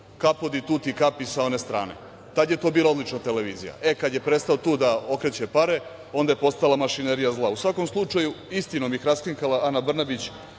„kapo di tuti kapi“ sa one strane. Tad je to bila odlična televizija. E, kad je prestao tu da okreće pare, onda je postala mašinerija zla. U svakom slučaju, istinom ih raskrinkala Ana Brnabić